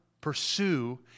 pursue